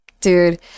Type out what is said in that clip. dude